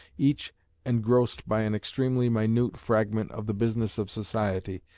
each engrossed by an extremely minute fragment of the business of society,